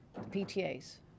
PTA's